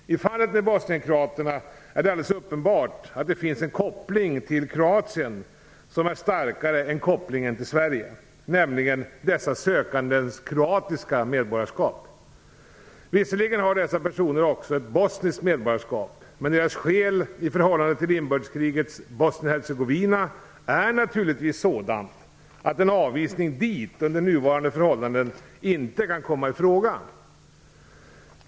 I fallet med bosnien-kroaterna är det alldeles uppenbart att det finns en koppling till Kroatien som är starkare än kopplingen till Sverige, nämligen dessa sökandes kroatiska medborgarskap. Visserligen har dessa personer också ett bosniskt medborgarskap, men deras skäl i förhållande till inbördeskrigets Bosnien Hercegovina är naturligtvis sådant att en avvisning dit under nuvarande förhållanden inte kan komma i fråga.